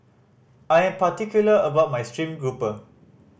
I am particular about my steamed grouper